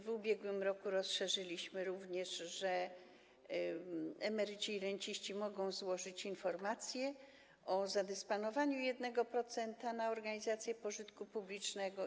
W ubiegłym roku rozszerzyliśmy to również tak, że emeryci i renciści mogą złożyć informację o zadysponowaniu 1% na organizacje pożytku publicznego.